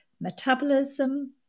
metabolism